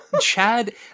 Chad